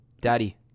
Daddy